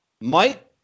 Mike